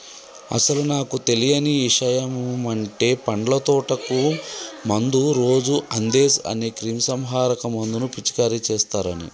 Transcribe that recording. అసలు నాకు తెలియని ఇషయమంటే పండ్ల తోటకు మందు రోజు అందేస్ అనే క్రిమీసంహారక మందును పిచికారీ చేస్తారని